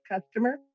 customer